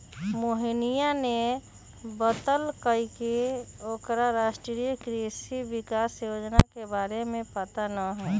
मोहिनीया ने बतल कई की ओकरा राष्ट्रीय कृषि विकास योजना के बारे में पता ना हई